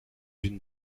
une